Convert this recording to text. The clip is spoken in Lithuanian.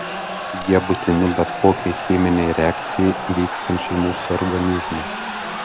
jie būtini bet kokiai cheminei reakcijai vykstančiai mūsų organizme